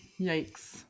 yikes